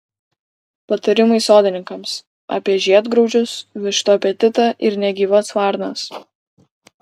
patarimai sodininkams apie žiedgraužius vištų apetitą ir negyvas varnas